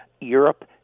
Europe